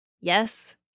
Yes